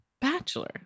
Bachelor